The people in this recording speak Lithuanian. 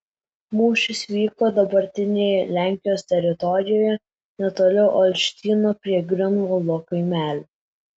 mūšis vyko dabartinėje lenkijos teritorijoje netoli olštyno prie griunvaldo kaimelio